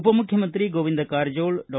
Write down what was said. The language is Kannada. ಉಪಮುಖ್ಯಮಂತ್ರಿ ಗೋವಿಂದ ಕಾರಜೋಳ ಡಾ